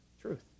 Truth